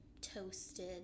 toasted